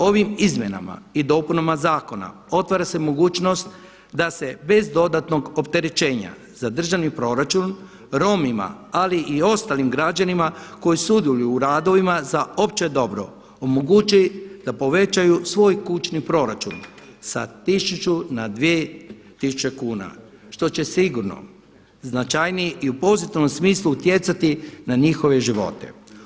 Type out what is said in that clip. Ovim izmjenama i dopunama zakona otvara se mogućnost da se bez dodatnog opterećenja za državni proračun Romima, ali i ostalim građanima koji sudjeluju u radovima za opće dobro omogući da povećaju svoj kućni proračun sa tisuću na dvije tisuće kuna što će sigurno značajnije i u pozitivnom smislu utjecati na njihove živote.